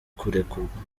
kurekurwa